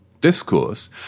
discourse